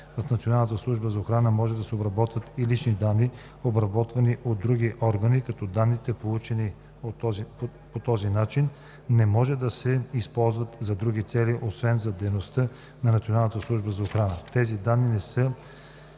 охрана може да се обработват и лични данни, обработвани от други органи, като данните, получени по този начин, не може да се използват за други цели, освен за дейността на Националната